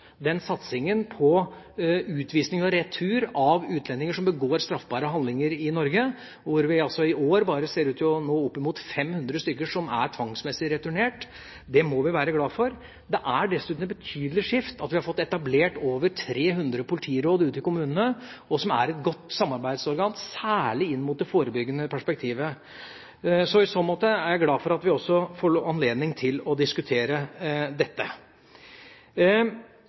den satsingen på utvisning og retur av utlendinger som begår straffbare handlinger i Norge – bare i år ser det ut til at vi når opp mot en tvangsmessig retur av 500 personer. Det må vi være glad for. Det er dessuten et betydelig skifte at vi ute i kommunene har fått etablert over 300 politiråd, som er gode samarbeidsorgan, særlig i det forebyggende perspektivet. I så måte er jeg glad for at vi også får anledning til å diskutere dette.